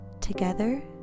Together